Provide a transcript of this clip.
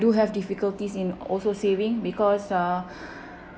do have difficulties in also saving because uh